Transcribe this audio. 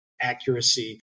accuracy